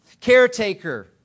Caretaker